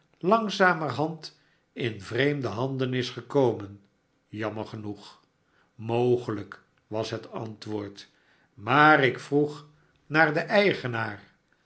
langzamerhand in vreemde handen is gekomen jammer genoeg amogelijk was het antwoord maar ik vroeg naar den eigenaar